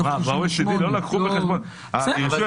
מתוך 38. ב-OECD לא לקחו בחשבון שרישוי